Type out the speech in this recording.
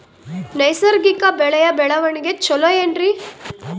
ನೈಸರ್ಗಿಕ ಬೆಳೆಯ ಬೆಳವಣಿಗೆ ಚೊಲೊ ಏನ್ರಿ?